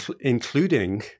including